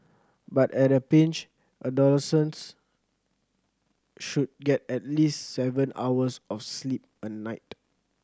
but at a pinch adolescents should get at least seven hours of sleep a night